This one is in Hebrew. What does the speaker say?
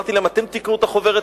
אמרתי להם: קנו את החוברת,